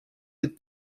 with